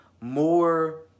more